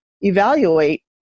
evaluate